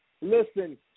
Listen